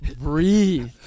Breathe